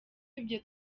ibyo